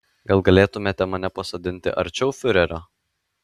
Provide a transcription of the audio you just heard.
gal galėtumėte mane pasodinti arčiau fiurerio